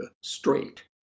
straight